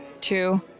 two